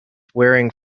wearing